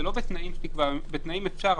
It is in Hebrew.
זה לא בתנאים שתקבע בתנאים אפשר,